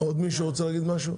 עוד מישהו רוצה להגיד משהו?